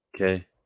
Okay